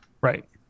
Right